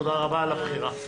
תודה רבה על הבחירה.